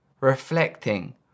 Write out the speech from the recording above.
reflecting